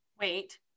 wait